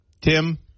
Tim